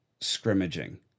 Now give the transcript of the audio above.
scrimmaging